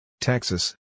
Texas